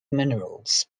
minerals